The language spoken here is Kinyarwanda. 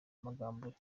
amangambure